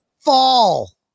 fall